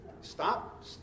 Stop